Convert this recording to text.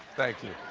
thank you.